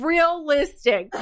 Realistic